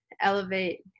elevate